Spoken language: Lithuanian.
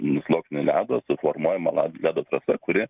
sluoksnį ledo suformuojama ledo trasa kuri